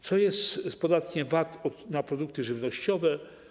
Co jest z podatkiem VAT na produkty żywnościowe?